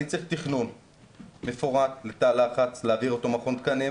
אני צריך תכנון מפורט לתא לחץ להעביר אותו במכון התקנים,